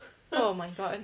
oh my god